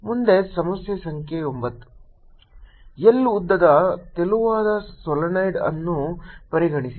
ಮುಂದೆ ಸಮಸ್ಯೆ ಸಂಖ್ಯೆ 9 L ಉದ್ದದ ತೆಳುವಾದ ಸೊಲೀನಾಯ್ಡ್ ಅನ್ನು ಪರಿಗಣಿಸಿ